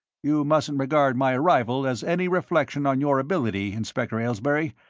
you mustn't regard my arrival as any reflection on your ability, inspector aylesbury.